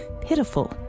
pitiful